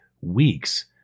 weeks